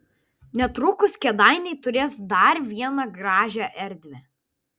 netrukus kėdainiai turės dar vieną gražią erdvę